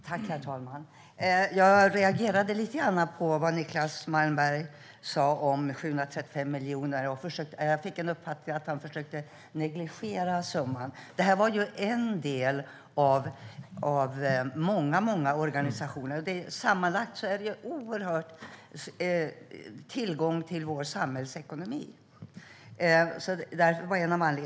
Herr talman! Jag reagerade lite på vad Niclas Malmberg sa om 735 miljoner. Jag fick uppfattningen att han försökte negligera summan. Detta var ju en del av många organisationer. Sammanlagt är de en oerhörd tillgång för vår samhällsekonomi.